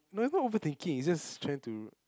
no is not overthinking is just trying to